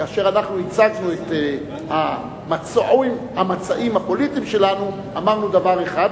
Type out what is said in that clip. כאשר אנחנו הצגנו את המצעים הפוליטיים שלנו אמרנו דבר אחד,